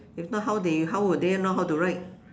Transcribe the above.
if not how they how would they know how to write